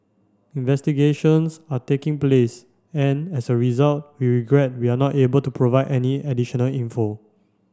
investigations are taking place and as a result we regret we are not able to provide any additional info